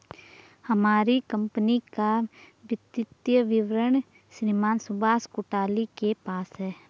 हमारी कम्पनी का वित्तीय विवरण श्रीमान सुभाष गुलाटी के पास है